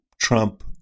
Trump